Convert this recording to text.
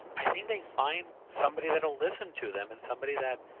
i think they find somebody that will listen to them and somebody that,